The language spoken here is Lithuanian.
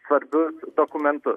svarbius dokumentus